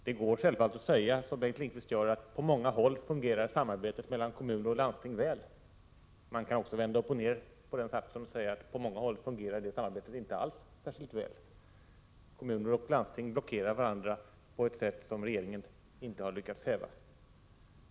Det går självfallet att säga, som Bengt Lindqvist gör, att på många håll fungerar samarbetet mellan kommuner och landsting väl. Man kan också vända på den satsen och säga att på många håll fungerar det samarbetet inte alls särskilt väl. Kommuner och landsting blockerar varandra på ett sätt som regeringen inte har lyckats häva.